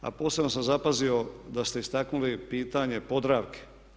A posebno sam zapazio da ste istaknuli pitanje Podravke.